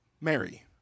Mary